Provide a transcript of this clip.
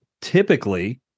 typically